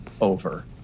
over